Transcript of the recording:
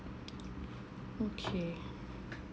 okay